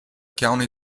county